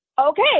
okay